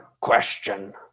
question